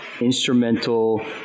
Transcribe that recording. instrumental